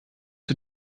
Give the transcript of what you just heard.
wir